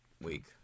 week